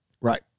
right